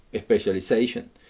specialization